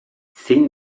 zein